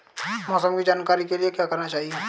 मौसम की जानकारी के लिए क्या करना चाहिए?